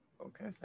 Okay